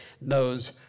knows